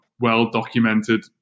well-documented